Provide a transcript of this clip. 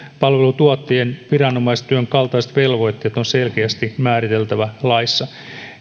palveluntuottajien viranomaistyön kaltaiset velvoitteet on selkeästi määriteltävä laissa